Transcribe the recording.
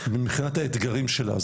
מבחינת האתגרים שלה.